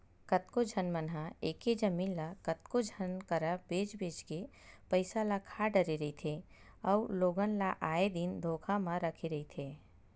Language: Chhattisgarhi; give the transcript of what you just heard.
कतको झन मन ह एके जमीन ल कतको झन करा बेंच बेंच के पइसा ल खा डरे रहिथे अउ लोगन ल आए दिन धोखा म रखे रहिथे